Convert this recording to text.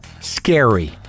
scary